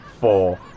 four